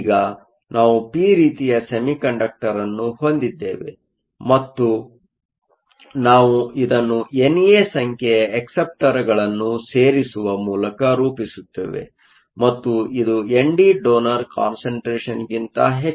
ಆದ್ದರಿಂದ ಈಗ ನಾವು ಪಿ ರೀತಿಯ ಸೆಮಿಕಂಡಕ್ಟರ್ಅನ್ನು ಹೊಂದಿದ್ದೇವೆ ಮತ್ತು ನಾವು ಇದನ್ನು ಎನ್ ಎ ಸಂಖ್ಯೆಯ ಅಕ್ಸೆಪ್ಟರ್ಗಳನ್ನು ಸೇರಿಸುವ ಮೂಲಕ ರೂಪಿಸುತ್ತೇವೆ ಮತ್ತು ಇದು ಎನ್ ಡಿ ಡೋನರ್ ಕಾನ್ಸಂಟ್ರೇಷನ್ಗಿಂತ ಹೆಚ್ಚಿರಬೇಕು